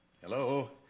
Hello